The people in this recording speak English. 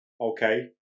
okay